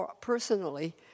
personally